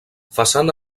façana